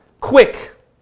quick